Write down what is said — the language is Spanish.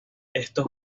estos